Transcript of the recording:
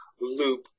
loop